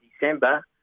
December